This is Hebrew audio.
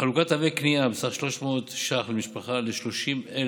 חלוקת תווי קנייה בסך 300 ש"ח למשפחה ל-30,000